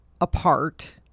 apart